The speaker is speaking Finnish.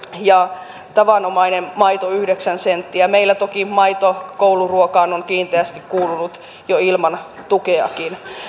ja tavanomaisen maidon yhdeksän senttiä meillä toki maito kouluruokaan on kiinteästi kuulunut jo ilman tukeakin